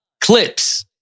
Clips